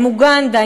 עם אוגנדה,